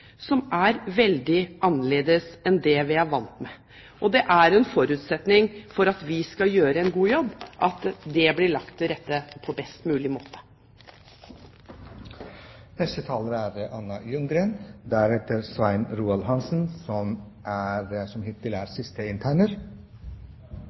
som er veldig annerledes enn det vi er vant med. En forutsetning for at vi skal gjøre en god jobb, er at det blir lagt til rette på best mulig måte. I løpet av de siste årene har menneskehandel vært et sentralt tema i det nordiske samarbeidet. Det er